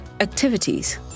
activities